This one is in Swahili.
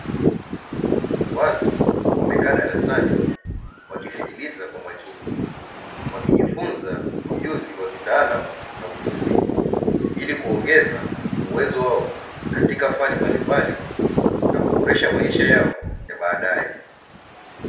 Watu wamekaa darasani wakisikiliza kwa makini wakijifunza ujuzi wa kitaalamu na ufundi, ili kuongeza uwezo wao katika fani mbalimbali na kuboresha maisha yao ni baadaye.